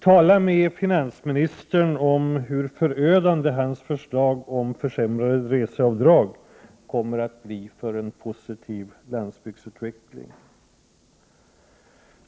Tala med finansministern om hur förödande hans förslag om försämrade reseavdrag kommer att bli för en positiv landsbygdsutveckling.